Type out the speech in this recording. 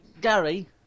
Gary